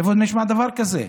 איפה נשמע דבר כזה?